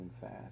fast